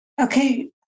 Okay